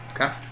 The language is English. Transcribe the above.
okay